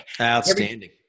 outstanding